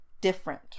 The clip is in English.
Different